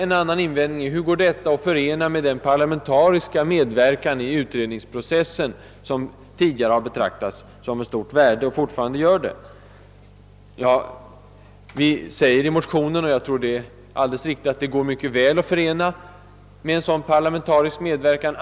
En annan invändning är: Hur går detta att förena med den parlamenta riska medverkan i utredningsprocessen, som tidigare har betraktats och fortfarande betraktas som ett stort värde? Vi säger i motionerna att det mycket väl går att förena med en sådan parlamentarisk medverkan.